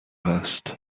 هست